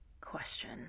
question